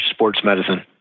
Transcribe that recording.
sportsmedicine